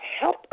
help